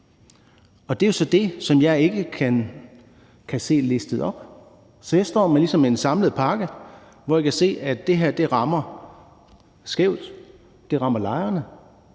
Og det er så det, som jeg ikke kan se listet op. Så jeg står ligesom med en samlet pakke, hvor jeg kan se, at det rammer skævt; det rammer lejerne.